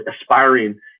aspiring